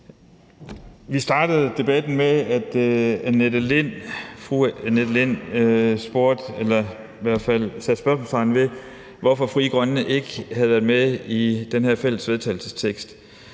Vi startede debatten med, at fru Annette Lind spurgte om eller i hvert fald satte spørgsmålstegn ved, hvorfor Frie Grønne ikke havde været med i den her fælles vedtagelsestekst.